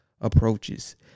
approaches